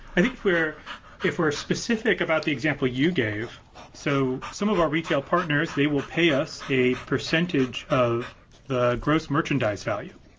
i think if we're if we're specific about the example you gave so some of our retail partners, they will pay us a percentage of the gross merchandise value.